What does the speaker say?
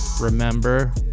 remember